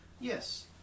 Yes